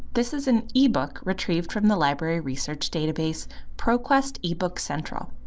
this is an ebook retrieved from the library research database proquest ebook central.